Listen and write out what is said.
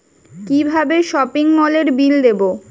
কিভাবে সপিং মলের বিল দেবো?